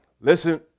Listen